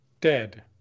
Dead